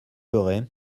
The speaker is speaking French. ferez